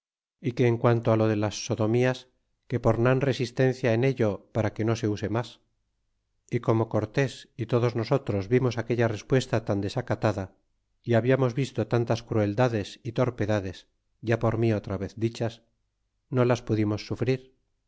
y que en quanto lo de las sodomías que pornan resistencia en ello para que no se use mas y como cortés y todos nosotros vimos aquella respuesta tan desacatada y habiamos visto tantas crueldades y torpedades ya por mi otra vez dichas no las pudimos sufrir